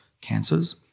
cancers